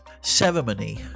Ceremony